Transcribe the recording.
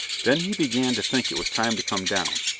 then he began to think it was time to come down,